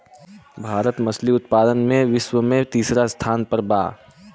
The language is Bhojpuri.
भारत मछली उतपादन में विश्व में तिसरा स्थान पर बा